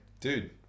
Dude